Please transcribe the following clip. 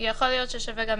יכול להיות ששווה גם